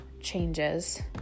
changes